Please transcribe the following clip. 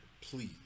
please